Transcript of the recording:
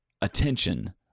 attention